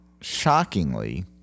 shockingly